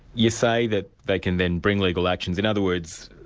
you say that they can then bring legal actions. in other words,